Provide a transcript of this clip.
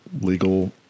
legal